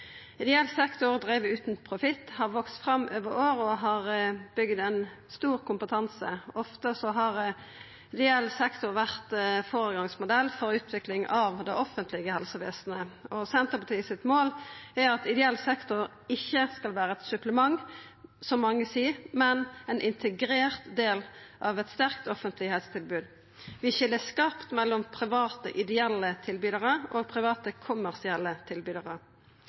Ideell sektor driven utan profitt har vekse fram over år og har bygd ein stor kompetanse. Ofte har ideell sektor vore føregangsmodell for utvikling av det offentlege helsevesenet, og Senterpartiets mål er at ideell sektor ikkje skal vera eit supplement, som mange seier, men ein integrert del av eit sterkt offentleg helsetilbod. Vi skil skarpt mellom private ideelle tilbydarar og private kommersielle tilbydarar.